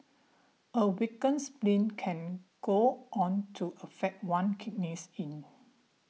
a weakened spleen can go on to affect one kidneys yin